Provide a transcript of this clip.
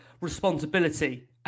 responsibility